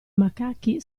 macachi